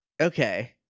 okay